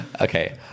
okay